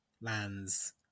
lands